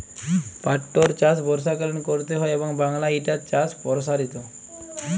পাটটর চাষ বর্ষাকালীন ক্যরতে হয় এবং বাংলায় ইটার চাষ পরসারিত